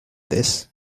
this